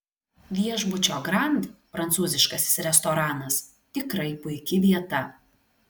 viešbučio grand prancūziškasis restoranas tikrai puiki vieta